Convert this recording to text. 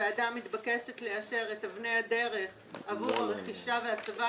הוועדה מתבקשת לאשר את אבני הדרך עבור הרכישה וההסבה,